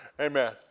Amen